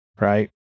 right